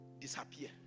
disappear